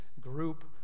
group